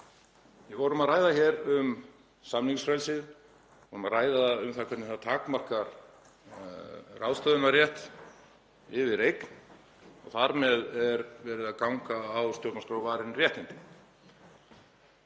vorum að ræða hér um samningsfrelsið og hvernig það takmarkar ráðstöfunarrétt yfir eign og þar með er verið að ganga á stjórnarskrárvarin réttindi.